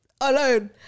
Alone